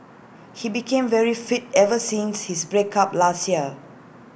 he became very fit ever since his break up last year